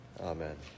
amen